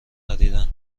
خریدن